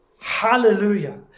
Hallelujah